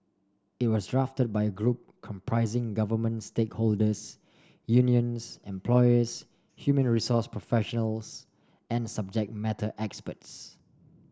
it was drafted by group comprising government stakeholders unions employers human resource professionals and subject matter experts